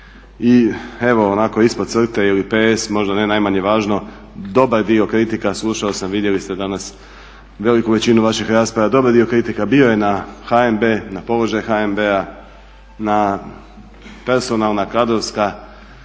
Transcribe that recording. I evo onako ispod crte ili ps možda ne najmanje važno dobar dio kritika slušao sam, vidjeli ste danas veliku većinu vaših rasprava, dobar dio kritika bio je na HNB, na položaj HNB-a, na personalna, kadrovska